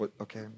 Okay